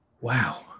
wow